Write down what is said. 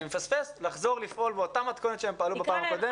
מפספס לחזור לפעול באותה מתכונת שבה הם פעלו בפעם הקודמת.